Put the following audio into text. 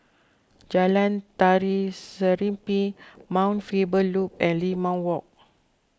Jalan Tari Serimpi Mount Faber Loop and Limau Walk